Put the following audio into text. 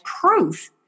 proof